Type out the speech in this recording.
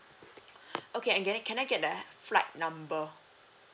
okay I get it can I get the flight number